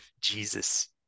Jesus